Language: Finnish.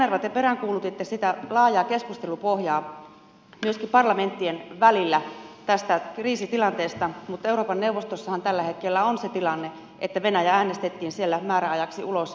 edustaja kanerva te peräänkuulutitte laajaa keskustelupohjaa myöskin parlamenttien välillä tästä kriisitilanteesta mutta euroopan neuvostossahan tällä hetkellä on se tilanne että venäjä äänestettiin siellä määräajaksi ulos